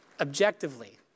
objectively